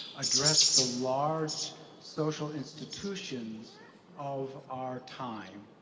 address the large social institutions of our time.